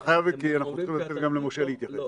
אתה חייב לסיים כי אנחנו צריכים לתת גם למשה להתייחס.